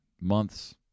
months